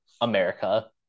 America